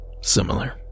Similar